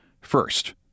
first